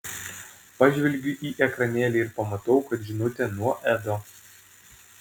pažvelgiu į ekranėlį ir pamatau kad žinutė nuo edo